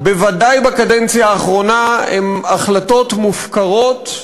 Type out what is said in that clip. בוודאי בקדנציה האחרונה, הן החלטות מופקרות,